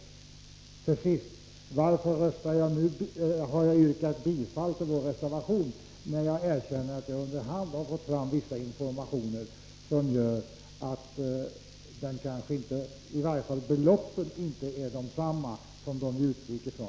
Låt mig till sist svara på frågan varför jag har yrkat bifall till vår reservation, när jag erkänner att jag under hand fått vissa informationer som visar att i varje fall beloppen inte är desamma som de vi utgick ifrån.